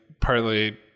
partly